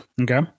Okay